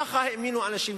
כך האמינו האנשים,